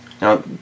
Now